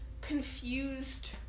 confused